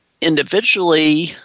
individually